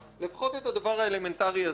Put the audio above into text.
לפחות את הדבר האלמנטרי הזה תעשו.